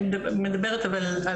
אני מדברת אבל,